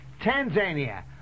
Tanzania